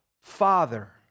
Father